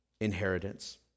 inheritance